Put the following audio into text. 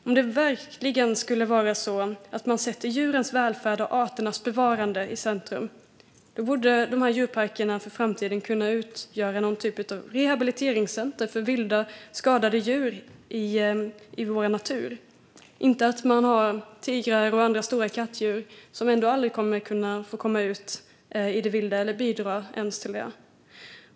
Om det verkligen skulle vara så att man sätter djurens välfärd och arternas bevarande i centrum borde de här djurparkerna i framtiden utgöra någon typ av rehabiliteringscenter för vilda, skadade djur i vår natur - inte att man har tigrar och andra stora kattdjur som ändå aldrig kommer att få komma ut i det vilda eller ens bidra till det.